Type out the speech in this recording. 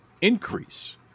increase